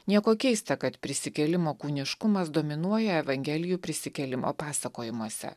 nieko keista kad prisikėlimo kūniškumas dominuoja evangelijų prisikėlimo pasakojimuose